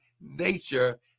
nature